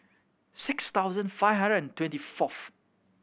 six thousand five hundred and twenty fourth